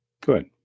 good